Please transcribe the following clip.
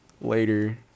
Later